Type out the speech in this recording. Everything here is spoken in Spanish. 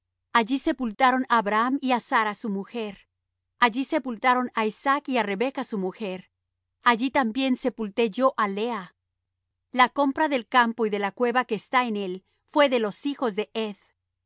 allí sepultaron á abraham y á sara su mujer allí sepultaron á isaac y á rebeca su mujer allí también sepulté yo á lea la compra del campo y de la cueva que está en él fué de los hijos de heth